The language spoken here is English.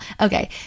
Okay